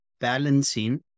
balancing